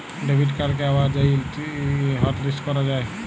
debit কাড়কে আবার যাঁয়ে হটলিস্ট ক্যরা যায়